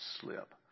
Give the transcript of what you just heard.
slip